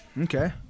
Okay